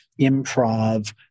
improv